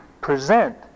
present